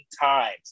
times